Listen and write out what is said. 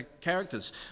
characters